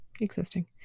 existing